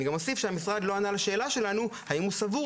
אני גם אוסיף שהמשרד לא ענה לשאלה שלנו האם הוא סבור